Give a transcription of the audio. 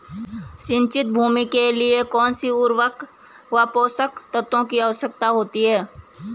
सिंचित भूमि के लिए कौन सी उर्वरक व पोषक तत्वों की आवश्यकता होती है?